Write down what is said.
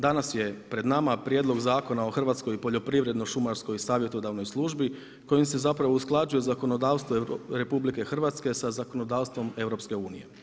Danas je pred nama Prijedlog Zakona o Hrvatskoj poljoprivredno-šumarskoj savjetodavnoj službi kojim se usklađuje zakonodavstvo RH sa zakonodavstvom EU.